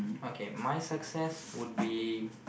okay my success would be